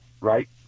Right